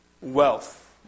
wealth